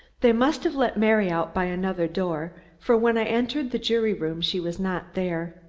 they must have let mary out by another door for when i entered the jury room she was not there.